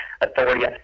authority